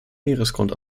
meeresgrund